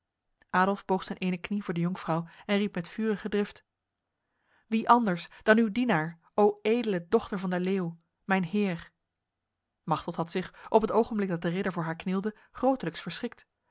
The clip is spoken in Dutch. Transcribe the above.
adolf boog zijn ene knie voor de jonkvrouw en riep met vurige drift wie anders dan uw dienaar adolf o edele dochter van de leeuw mijn heer machteld had zich op het ogenblik dat de ridder voor haar knielde grotelijks verschrikt